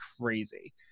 crazy